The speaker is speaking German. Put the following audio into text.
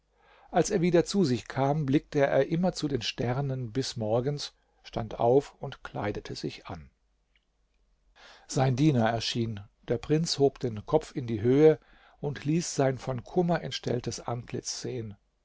als er wieder zu sich kam blickte er immer zu den sternen bis morgens stand auf und kleidete sich an sein diener erschien der prinz hob den kopf in die höhe und ließ sein von kummer entstelltes antlitz sehen